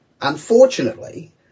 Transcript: Unfortunately